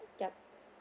yup